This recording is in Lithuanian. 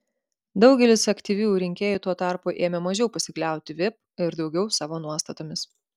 daugelis aktyviųjų rinkėjų tuo tarpu ėmė mažiau pasikliauti vip ir daugiau savo nuostatomis